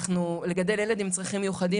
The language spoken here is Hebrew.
לגדל ילד עם צרכים מיוחדים,